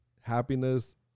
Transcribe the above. happiness